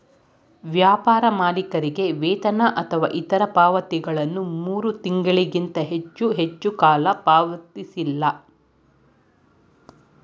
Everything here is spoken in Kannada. ವ್ಯಾಪಾರ ಮಾಲೀಕರಿಗೆ ವೇತನ ಅಥವಾ ಇತ್ರ ಪಾವತಿಗಳನ್ನ ಮೂರು ತಿಂಗಳಿಗಿಂತ ಹೆಚ್ಚು ಹೆಚ್ಚುಕಾಲ ಪಾವತಿಸಲ್ಲ